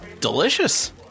delicious